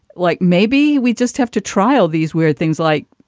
like maybe we just have to trial these weird things like,